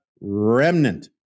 remnant